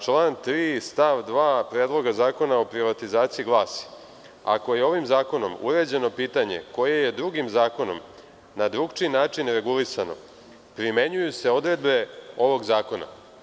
Član 3. stav 2. Predloga zakona o privatizaciji glasi – ako je ovim zakonom uređeno pitanje koje je drugim zakonom na drugačiji način regulisano, primenjuju se odredbe ovog zakona.